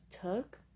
took